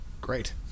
great